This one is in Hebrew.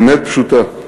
אמת פשוטה: